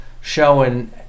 showing